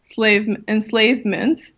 enslavement